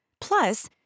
Plus